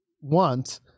want